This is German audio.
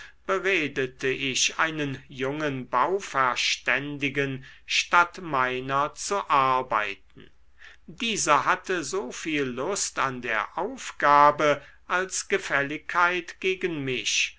beredete ich einen jungen bauverständigen statt meiner zu arbeiten dieser hatte so viel lust an der aufgabe als gefälligkeit gegen mich